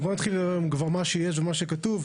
אבל בואו נתחיל עם מה שיש ומה שכתוב.